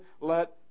let